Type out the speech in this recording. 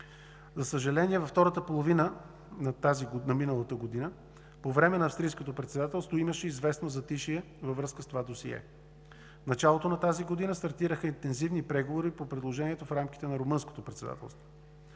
За съжаление, през втората половина на миналата година по време на Австрийското председателство имаше известно затишие във връзка с това досие. В началото на тази година стартираха интензивни преговори по предложението в рамките на Румънското председателство.